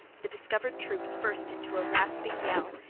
the discovered troops burst into a rasping yell,